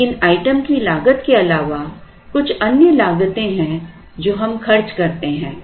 लेकिन आइटम की लागत के अलावा कुछ अन्य लागतें हैं जो हम खर्च करते हैं